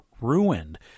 ruined